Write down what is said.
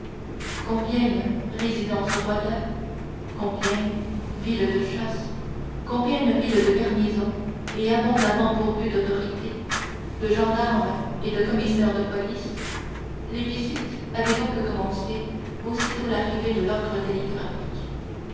compiègne résidence royale compiègne ville de chasse compiègne ville de garnison est abondamment pourvue d'autorités de gendarmes et de commissaires de police les visites avaient donc commencé aussitôt l'arrivée de l'ordre télégraphique